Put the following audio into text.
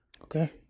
Okay